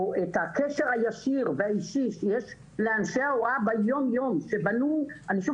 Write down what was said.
את הקשר הישיר והאישי שיש לאנשי ההוראה ביום יום ואני שוב